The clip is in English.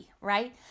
right